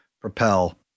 propel